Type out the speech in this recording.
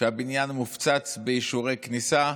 שהבניין מופצץ באישורי כניסה,